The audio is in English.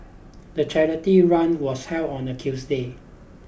the charity run was held on a Tuesday